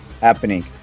happening